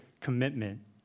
commitment